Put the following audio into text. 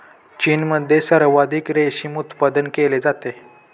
चीनमध्ये सर्वाधिक रेशीम उत्पादन केले जाते